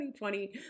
2020